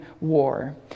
war